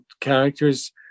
characters